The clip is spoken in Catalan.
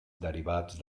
derivats